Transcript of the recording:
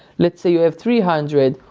let's say you have three hundred,